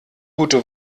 gute